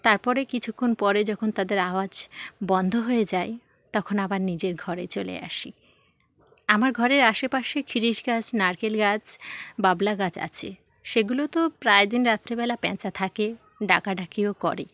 তারপরে কিছুক্ষণ পরে যখন তাদের আওয়াজ বন্ধ হয়ে যায় তখন আবার নিজের ঘরে চলে আসি আমার ঘরের আশেপাশে খিরিশ গাছ নারকেল গাছ বাবলা গাছ আছে সেগুলোতেও প্রায় দিন রাত্রিবেলা প্যাঁচা থাকে ডাকাডাকিও করে